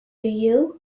you